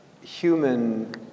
human